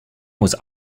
was